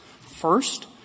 First